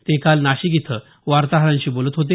ते काल नाशिक इथं वार्ताहरांशी बोलत होते